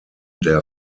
der